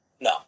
No